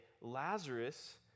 Lazarus